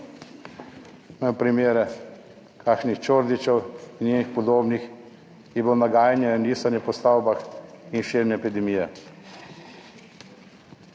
primere kakšnih Čordićev in njenih podobnih, je bilo nagajanje, risanje po stavbah in širjenje epidemije.